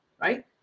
right